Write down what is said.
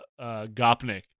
Gopnik